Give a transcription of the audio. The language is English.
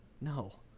no